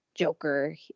joker